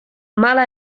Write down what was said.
mala